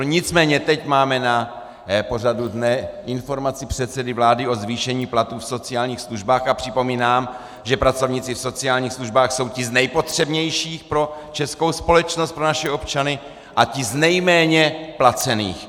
Nicméně teď máme na pořadu dne Informaci předsedy vlády o zvýšení platů v sociálních službách a připomínám, že pracovníci v sociálních službách jsou ti z nejpotřebnějších pro českou společnost, pro naše občany a ti z nejméně placených.